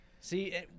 See